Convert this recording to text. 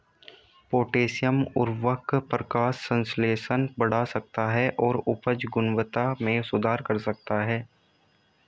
potassium उवर्रक प्रकाश संश्लेषण बढ़ा सकता है और उपज गुणवत्ता में सुधार कर सकता है